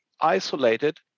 isolated